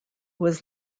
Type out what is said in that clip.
was